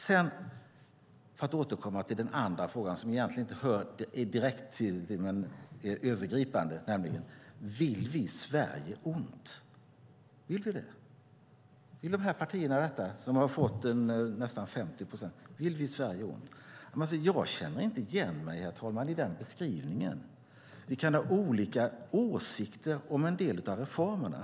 Jag ska återkomma till den andra frågan som egentligen inte hör direkt till detta men är övergripande. Vill vi Sverige ont? Vill partierna detta som har fått nästan 50 procents stöd? Herr talman! Jag känner inte igen mig i den beskrivningen. Vi kan ha olika åsikter om en del av reformerna.